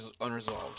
unresolved